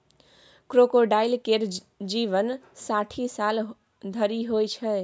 crocodile केर जीबन साठि साल धरि होइ छै